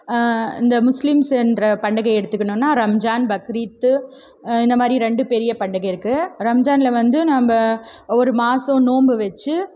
இந்த முஸ்லீம்ஸ் என்ற பண்டிகை எடுத்துக்குனோனால் ரம்ஜான் பக்ரீத் இந்த மாதிரி ரெண்டு பெரிய பண்டிகை இருக்குது ரம்ஸானில் வந்த நம்ம ஒரு மாதம் நோன்பு வச்சு